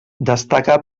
destacà